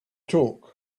talk